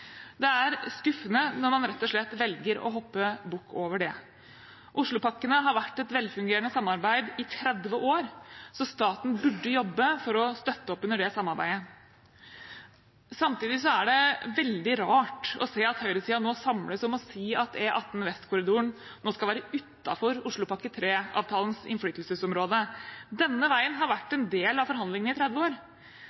Det er skuffende når man rett og slett velger å hoppe bukk over det. Oslopakkene har vært et velfungerende samarbeid i 30 år, så staten burde jobbe for å støtte opp under det samarbeidet. Samtidig er det veldig rart å se at høyresiden nå samles om å si at E18 Vestkorridoren nå skal være utenfor Oslopakke 3-avtalens innflytelsesområde. Denne veien har vært